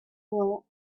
float